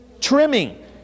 trimming